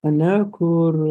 ane kur